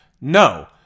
No